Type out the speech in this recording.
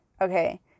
okay